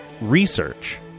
research